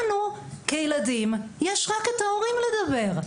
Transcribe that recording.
לנו, כילדים יש רק את ההורים לדבר.